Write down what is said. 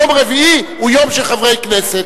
יום רביעי הוא יום של חברי כנסת.